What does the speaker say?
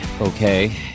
okay